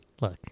look